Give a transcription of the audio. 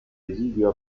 esilio